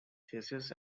thesis